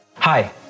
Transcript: Hi